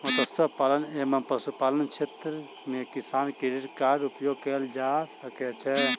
मत्स्य पालन एवं पशुपालन क्षेत्र मे किसान क्रेडिट कार्ड उपयोग कयल जा सकै छै